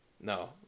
no